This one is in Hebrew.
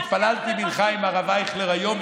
התפללתי מנחה עם הרב אייכלר היום,